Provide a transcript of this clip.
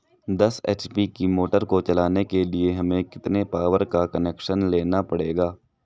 दस एच.पी की मोटर को चलाने के लिए हमें कितने पावर का कनेक्शन लेना पड़ेगा?